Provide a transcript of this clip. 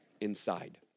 inside